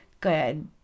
good